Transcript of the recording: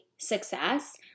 success